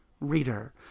reader